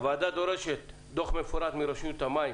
הוועדה דורשת דוח מפורט מרשות המים